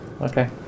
okay